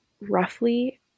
roughly